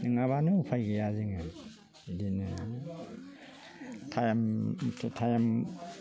नङाब्लानो उफाय गैया जोङो बिदिनो टाइम टाइम